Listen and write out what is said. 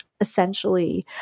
essentially